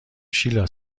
شیلا